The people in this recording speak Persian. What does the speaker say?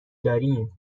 داریم